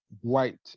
white